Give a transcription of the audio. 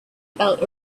about